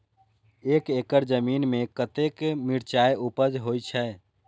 एक एकड़ जमीन में कतेक मिरचाय उपज होई छै?